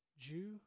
Jew